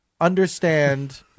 understand